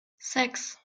sechs